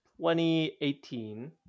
2018